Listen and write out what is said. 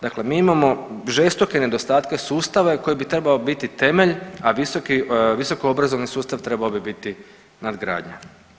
Dakle, mi imamo žestoke nedostatke sustava koji bi trebao biti temelj, a visoki, visokoobrazovni sustav trebao bi biti nadgradnja.